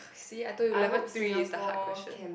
see I told you level three is the hard questions